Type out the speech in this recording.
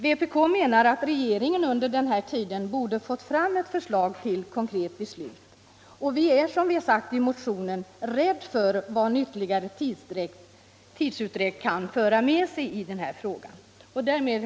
Vi i vpk menar att regeringen under denna tid borde ha fått fram förslag som kunde leda till ett konkret beslut. Som framhållits i motionen är vi rädda för vad ytterligare tidsutdräkt kan föra med sig i denna fråga. Herr talman!